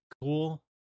cool